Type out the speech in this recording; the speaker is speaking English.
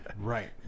right